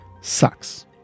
sucks